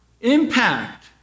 impact